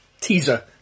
teaser